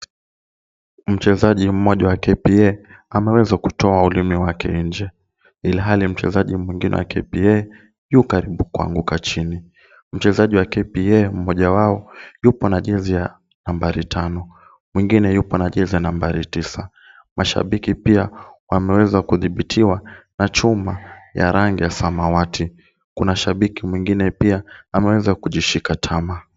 Mchezaji mmoja wa KPA ameweza kutoa ulimi wake nje ilhali mchezaji mwingine wa KPA yu karibu kuanguka chini. Mchezaji wa KPA mmoja wao yupo na jezi ya nambari tano. Mwingine yupo na jezi ya nambari tisa. Mashabiki pia wameweza kudhibitiwa na chuma ya rangi ya samawati. Kuna shabiki mwingine pia ameweza kujishika tama.